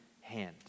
hand